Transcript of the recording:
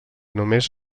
només